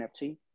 NFT